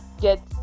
get